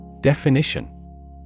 Definition